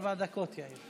ארבע דקות, יאיר.